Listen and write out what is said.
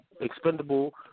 expendable